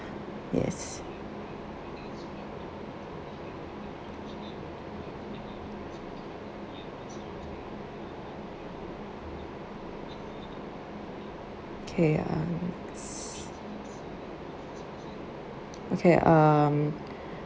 yes K um okay um